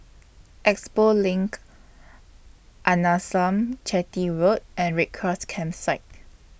Expo LINK Arnasalam Chetty Road and Red Cross Campsite